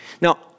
Now